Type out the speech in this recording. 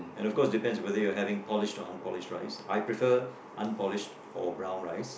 and of course depends on whether you're having polished or unpolished rice I prefer unpolished or brown rice